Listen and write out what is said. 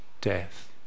death